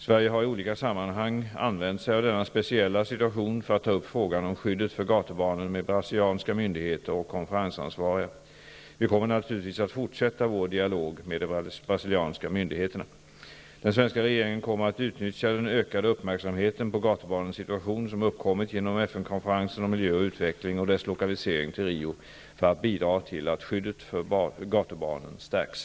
Sverige har i olika sammanhang använt sig av denna speciella situation för att ta upp frågan om skyddet för gatubarnen med brasilianska myndigheter och konferensansvariga. Vi kommer naturligtvis att fortsätta vår dialog med de brasilianska myndigheterna. Den svenska regeringen kommer att utnyttja den ökade uppmärksamheten på gatubarnens situation som uppkommit genom FN-konferensen om miljö och utveckling och dess lokalisering till Rio för att bidra till att skyddet för gatubarnen stärks.